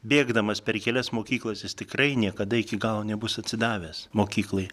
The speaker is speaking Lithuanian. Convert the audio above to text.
bėgdamas per kelias mokyklas jis tikrai niekada iki galo nebus atsidavęs mokyklai